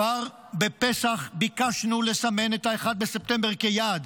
כבר בפסח ביקשנו לסמן את 1 בספטמבר כיעד.